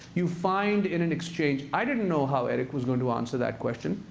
you find in an exchange i didn't know how eric was going to answer that question,